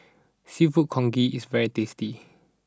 Seafood Congee is very tasty